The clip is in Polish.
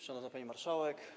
Szanowna Pani Marszałek!